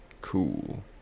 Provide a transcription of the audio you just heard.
cool